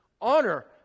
honor